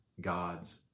God's